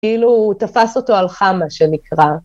‫כאילו הוא תפס אותו על חמה, ‫שנקרא.